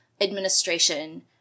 administration